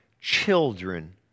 Children